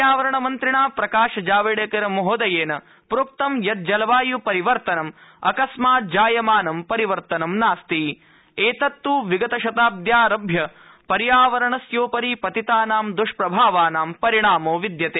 पर्यावरणमन्त्रिणा प्रकाश जावडेकर महोदयेन प्रोक्तं यत् जलवाय् परिवर्तनं अकस्मात् जायमानं परिवर्तनं नास्ति एतत् विगतशताब्द्यारभ्य पर्यावरणस्योपरि पतितानां दृष्प्रभावानां परिणामो विद्यते